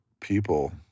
people